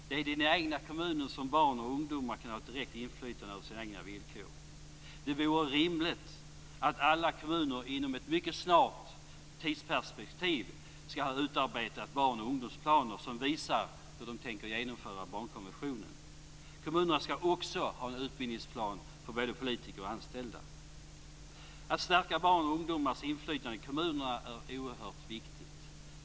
Det är i den egna kommunen som barn och ungdomar kan ha ett direkt inflytande över sina egna villkor. Det vore rimligt att alla kommuner inom ett mycket kort tidsperspektiv utarbetade barn och ungdomsplaner som visar hur de tänker genomföra barnkonventionen. Kommunerna skall också ha en utbildningsplan för både politiker och anställda. Att stärka barns och ungdomars inflytande i kommunerna är oerhört viktigt.